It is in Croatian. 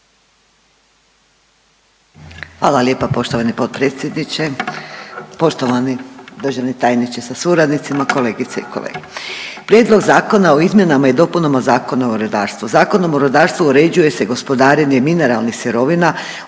Hvala lijepo poštovani potpredsjedniče. Poštovani državni tajniče sa suradnicima, kolegice i kolege. Prijedlog zakona o izmjenama i dopunama Zakona o rudarstvu. Zakonom o rudarstvu uređuje se gospodarenje mineralnih sirovina,